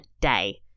Day